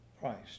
Christ